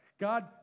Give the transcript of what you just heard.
God